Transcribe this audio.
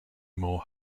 more